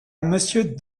monsieur